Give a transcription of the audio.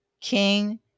King